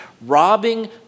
robbing